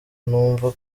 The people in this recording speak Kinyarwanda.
numva